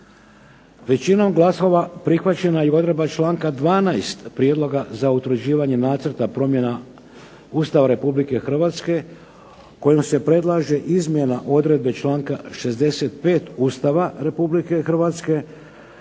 Većinom glasova prihvaćena je odredba članak 12. prijedloga za utvrđivanje nacrta promjena Ustava Republike Hrvatske kojom se predlaže izmjena odredbe članka 65. Ustava Republike Hrvatske,